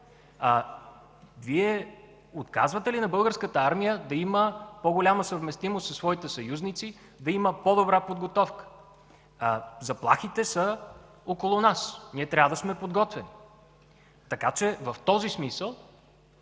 Вие, отказвате ли на Българската армия да има по-голяма съвместимост със своите съюзници, да има по-добра подготовка?! Заплахите са около нас, ние трябва да сме подготвени. Така че в този смисъл